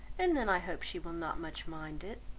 and then i hope she will not much mind it.